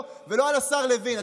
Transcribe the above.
לא על השר לוין.